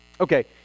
okay